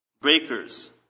breakers